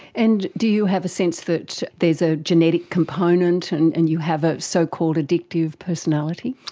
and do you have a sense that there is a genetic component and and you have a so-called addictive personality?